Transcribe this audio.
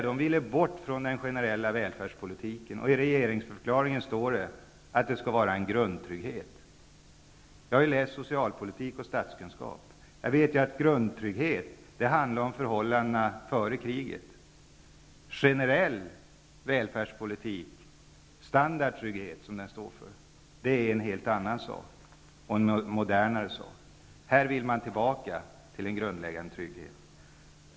De vill bort från den generella välfärdspolitiken. I regeringsförklaringen står att det skall vara en grundtrygghet. Jag har läst socialpolitik och statskunskap. Jag vet att uttrycket grundtrygghet gäller förhållandena före kriget. Generell välfärdspolitik, standardtrygghet är något helt annat, modernare. Här vill man tillbaka till den grundläggande tryggheten.